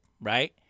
right